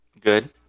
Good